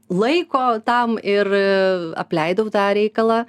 laiko tam ir apleidau tą reikalą